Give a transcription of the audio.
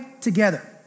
together